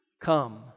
come